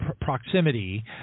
proximity